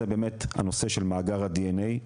הנושא של מאגר הדנ"א,